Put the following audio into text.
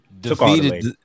defeated